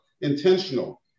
intentional